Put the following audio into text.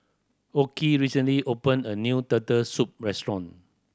Okey recently opened a new Turtle Soup restaurant